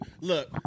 look